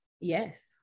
Yes